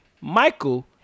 Michael